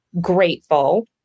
grateful